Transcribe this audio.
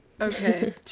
Okay